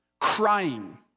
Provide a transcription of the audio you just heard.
Crying